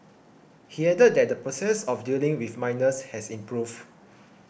he added that the process of dealing with minors has improved